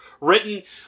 written